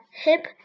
hip